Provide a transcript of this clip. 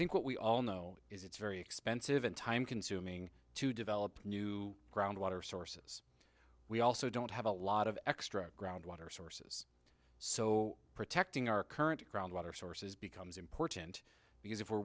think we all know is it's very expensive and time consuming to develop new groundwater sources we also don't have a lot of extra groundwater sources so protecting our current groundwater sources becomes important because if we're